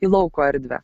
į lauko erdvę